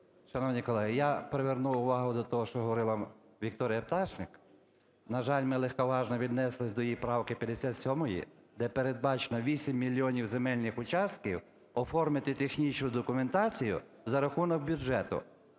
Шановні колеги, я приверну увагу до того, що говорила Вікторія Пташник. На жаль, ми легковажно віднеслися до її правки 57, де передбачено 8 мільйонів земельних участків оформити технічну документацію за рахунок бюджету.